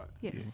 Yes